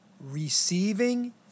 receiving